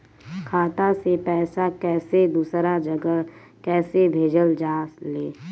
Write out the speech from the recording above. खाता से पैसा कैसे दूसरा जगह कैसे भेजल जा ले?